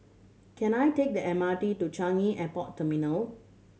can I take the M R T to Changi Airport Terminal